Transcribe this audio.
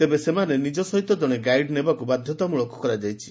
ତେବେ ସେମାନେ ନିକ ସହ ଜଣେ ଗାଇଡ୍ ନେବାକୁ ବାଧତାମ୍ଟଳକ କରାଯାଇଛି